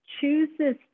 chooses